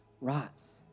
rots